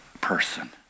person